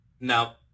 now